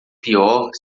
pior